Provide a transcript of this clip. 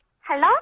Hello